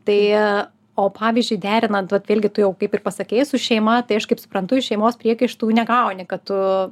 tai o pavyzdžiui derinant vat vėlgi tu jau kaip ir pasakei su šeima tai aš kaip suprantu iš šeimos priekaištų negauni kad tu